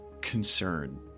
concern